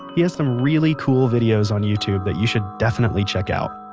he has some really cool videos on youtube that you should definitely check out.